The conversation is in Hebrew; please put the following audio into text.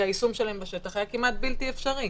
כי היישום שלהן בשטח היה כמעט בלתי אפשרי.